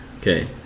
Okay